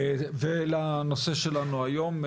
לנושא שלנו היום,